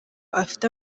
afite